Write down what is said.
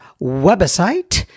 website